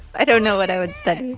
i don't know what i would study